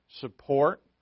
support